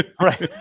Right